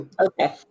Okay